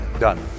Done